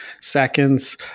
seconds